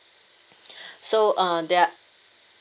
so uh there are